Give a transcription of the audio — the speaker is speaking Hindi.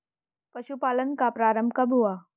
पशुपालन का प्रारंभ कब हुआ?